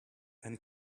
and